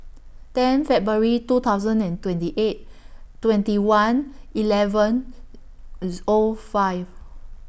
ten February two thousand and twenty eight twenty one eleven O five